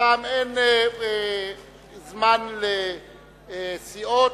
הפעם אין זמן לסיעות,